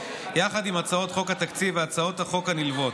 יחד עם הצעת חוק התקציב והצעות החוק הנלוות.